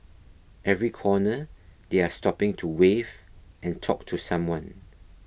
every corner they are stopping to wave and talk to someone